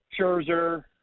Scherzer